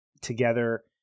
together